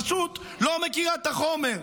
פשוט לא מכירה את החומר.